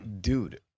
Dude